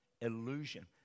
illusion